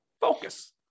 Focus